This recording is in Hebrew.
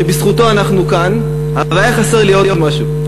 שבזכותו אנחנו כאן, אבל היה חסר לי עוד משהו.